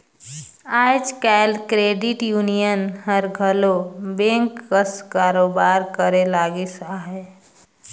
आएज काएल credit union हर घलो बेंक कस कारोबार करे लगिस अहे